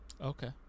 Okay